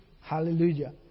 hallelujah